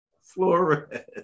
Flores